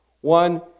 One